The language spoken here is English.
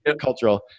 cultural